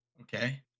Okay